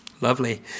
Lovely